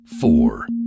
four